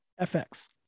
fx